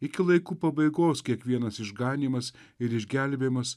iki laikų pabaigos kiekvienas išganymas ir išgelbėjimas